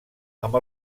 amb